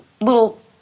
little